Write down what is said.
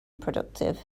productive